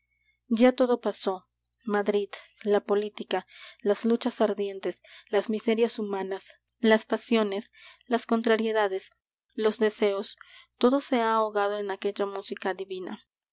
ya todo pasó madrid la política las luchas ardientes las miserias humanas las pasiones las contrariedades los deseos todo se ha ahogado en aquella música divina